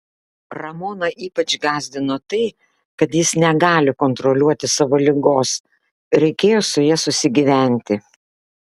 ramoną ypač gąsdino tai kad jis negali kontroliuoti savo ligos reikėjo su ja susigyventi